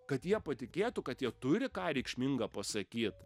kad jie patikėtų kad jie turi ką reikšminga pasakyt